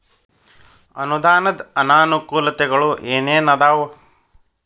ಅನುದಾನದ್ ಅನಾನುಕೂಲತೆಗಳು ಏನ ಏನ್ ಅದಾವ?